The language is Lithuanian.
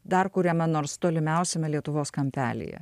dar kuriame nors tolimiausiame lietuvos kampelyje